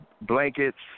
blankets